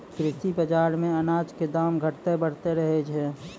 कृषि बाजार मॅ अनाज के दाम घटतॅ बढ़तॅ रहै छै